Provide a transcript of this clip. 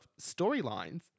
storylines